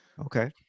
Okay